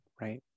right